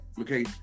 okay